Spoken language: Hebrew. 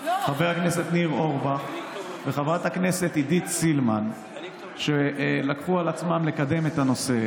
ניר אורבך וחברת הכנסת עידית סילמן לקחו על עצמם לקדם את הנושא.